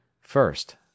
First